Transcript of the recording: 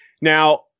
Now